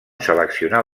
seleccionar